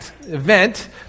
event